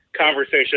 Conversation